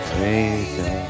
Crazy